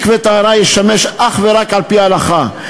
מקווה טהרה ישמש אך ורק על-פי ההלכה,